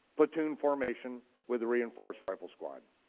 platoon formation with a reinforced rifle squad.